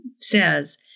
says